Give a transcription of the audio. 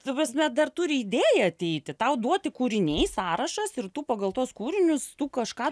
ta prasme dar turi idėja ateiti tau duoti kūriniai sąrašas ir tu pagal tuos kūrinius tu kažką